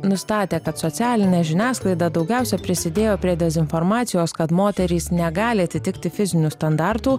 nustatė kad socialinė žiniasklaida daugiausia prisidėjo prie dezinformacijos kad moterys negali atitikti fizinių standartų